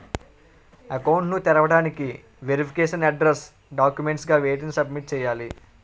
Account ను తెరవటానికి verification address documents గా వేటిని సబ్మిట్ చేయాలి?